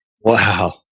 Wow